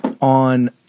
on